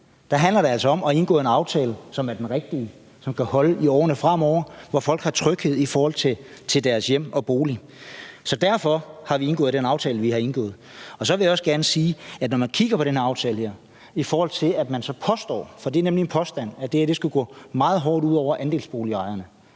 der handler det altså om at indgå en aftale, som er den rigtige, og som kan holde i årene fremover, hvor folk har tryghed i forhold til deres hjem og bolig. Så derfor har vi indgået den aftale, vi har indgået. Så vil jeg også gerne sige, at når man vedrørende aftalen påstår – for det er nemlig en påstand – at det her skulle gå meget hårdt ud over andelsboligejerne,